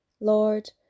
lord